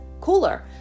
cooler